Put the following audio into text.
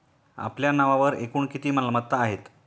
आपल्या नावावर एकूण किती मालमत्ता आहेत?